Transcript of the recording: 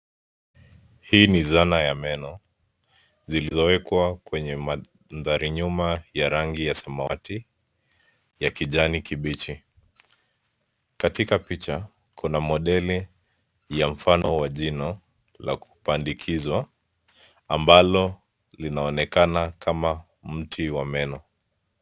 Hii ni zana ya meno zilizowekwa kwenye mandhari nyuma ya rangi ya samawati, ya kijani kibichi. Katika picha kuna model ya mfano wa jino la kupandikizwa ambalo linaonekana kama mti wa meno.